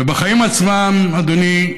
ובחיים עצמם, אדוני,